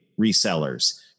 resellers